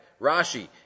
Rashi